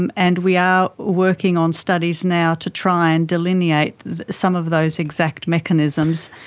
and and we are working on studies now to try and delineate some of those exact mechanisms,